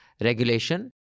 regulation